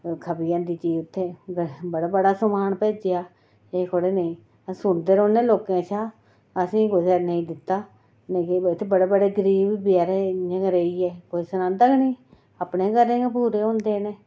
खपी जंदी चीज़ उत्थै बड़ा बड़ा समान भेजेआ एह् थोह्ड़े नेईं अस सुनदे रौह्न्ने लोकें कशा असेंगी कुसै नेईं दित्ता ते नेईं किश इत्थै बड़े बड़े गरीब बी बचैरे इ'यां गै रेहिये कोई सनांदा गै नेईं अपने घरें गै पूरे होंदे न